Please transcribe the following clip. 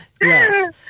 Yes